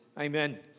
Amen